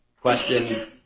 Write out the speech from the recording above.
Question